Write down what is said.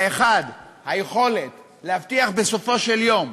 האחת, היכולת להבטיח, בסופו של יום,